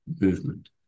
movement